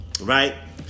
Right